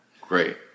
Great